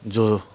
जो